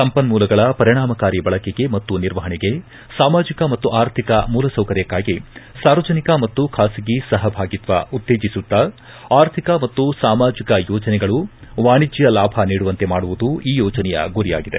ಸಂಪನ್ಮೂಲಗಳ ವರಿಣಾಮಕಾರಿ ಬಳಕೆಗೆ ಮತ್ತು ನಿರ್ವಹಣೆಗೆ ಸಾಮಾಜಿಕ ಮತ್ತು ಅರ್ಧಿಕ ಮೂಲಸೌಕರ್ಯಕ್ನಾಗಿ ಸಾರ್ವಜನಿಕ ಮತ್ತು ಖಾಸಗಿ ಸಪಭಾಗಿತ್ವ ಉತ್ತೇಜಿಸುತ್ತಾ ಆರ್ಥಿಕ ಮತ್ತು ಸಾಮಾಜಿಕ ಯೋಜನೆಗಳು ವಾಣಿಜ್ದ ಲಾಭ ನೀಡುವಂತೆ ಮಾಡುವುದು ಈ ಯೋಜನೆಯ ಗುರಿಯಾಗಿದೆ